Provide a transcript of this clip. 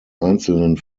einzelnen